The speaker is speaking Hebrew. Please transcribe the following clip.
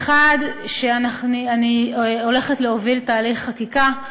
האחד, שאני הולכת להוביל תהליך חקיקה.